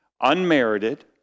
unmerited